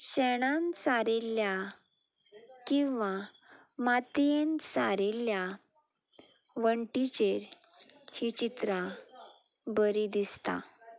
शेणान सारिल्ल्या किंवां मातयेन सारिल्ल्या वण्टींचेर हीं चित्रां बरीं दिसता